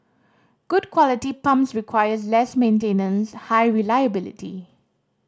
good quality pumps requires less maintenance high reliability